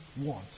want